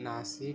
Nashik